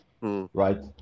right